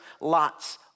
Lot's